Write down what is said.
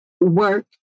work